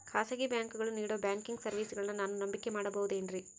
ಖಾಸಗಿ ಬ್ಯಾಂಕುಗಳು ನೇಡೋ ಬ್ಯಾಂಕಿಗ್ ಸರ್ವೇಸಗಳನ್ನು ನಾನು ನಂಬಿಕೆ ಮಾಡಬಹುದೇನ್ರಿ?